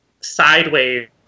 sideways